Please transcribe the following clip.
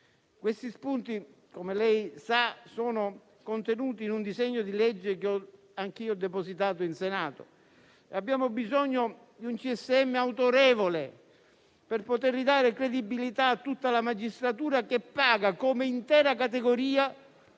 Questi spunti, come lei sa, Ministro, sono contenuti in un disegno di legge che anch'io ho depositato in Senato. Abbiamo bisogno di un CSM autorevole per poter ridare credibilità a tutta la magistratura che paga come intera categoria